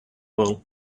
wool